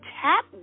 tap